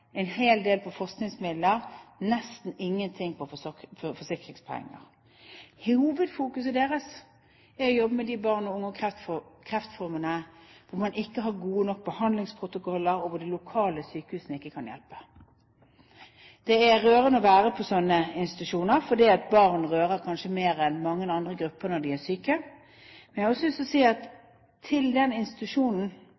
en hel del fra forskningsmidler, nesten ingenting fra forsikringspenger. Hovedfokuset deres er å jobbe med de barnekreftformene der man ikke har gode nok behandlingsprotokoller, og hvor de lokale sykehusene ikke kan hjelpe. Det er rørende å være på slike institusjoner, fordi barn rører en mer enn kanskje mange andre grupper som er syke. Men jeg har også lyst til å si at